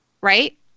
right